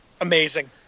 amazing